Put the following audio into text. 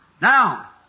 Now